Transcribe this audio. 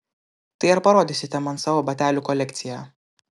tai ar parodysite man savo batelių kolekciją